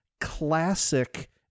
classic